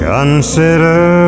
Consider